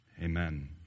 Amen